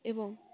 ଏବଂ